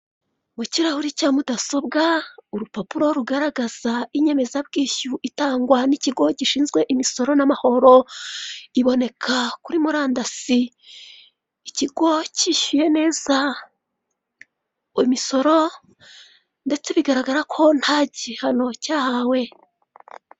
Mu kirahuri cya mudasobwa, urupapuro rugaragaza inyemezabwishyu itangwa n'ikigo gishinzwe imisoro n'amahoro, iboneka kuri murandasi, ikigo cyishyuye neza, imisoro ndetse bigaragara ko nta gihano cyahawe.